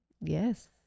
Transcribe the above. Yes